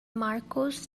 marcos